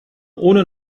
ohne